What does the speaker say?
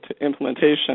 implementation